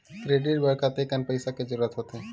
Credit बर कतेकन पईसा के जरूरत होथे?